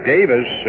Davis